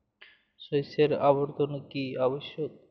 শস্যের আবর্তন কী আবশ্যক?